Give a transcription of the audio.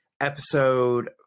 episode